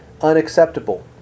unacceptable